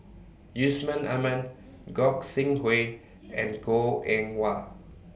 Yusman Aman Gog Sing Hooi and Goh Eng Wah